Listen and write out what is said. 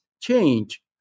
change